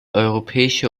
europäische